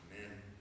Amen